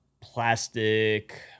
plastic